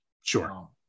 Sure